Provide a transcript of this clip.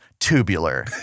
Tubular